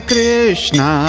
Krishna